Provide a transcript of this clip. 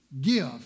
Give